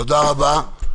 תודה רבה.